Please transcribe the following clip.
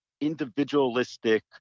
individualistic